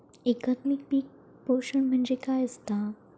एकात्मिक पीक पोषण म्हणजे काय असतां?